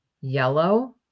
yellow